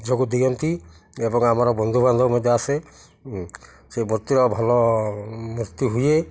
ଯୋଗ ଦିଅନ୍ତି ଏବଂ ଆମର ବନ୍ଧୁବାନ୍ଧବ ମଧ୍ୟ ଆସେ ସେ ମୂର୍ତ୍ତିର ଭଲ ମୂର୍ତ୍ତି ହୁଏ